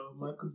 Michael